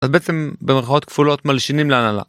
אז בעצם במרכאות כפולות מלשינים להנהלה.